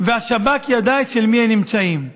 והשב"כ ידע אצל מי הם נמצאים.